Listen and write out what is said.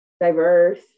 diverse